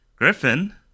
Griffin